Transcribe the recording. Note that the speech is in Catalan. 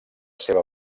seva